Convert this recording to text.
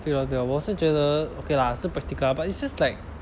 对哦对哦我是觉得 okay lah 是 practical ah but it's just like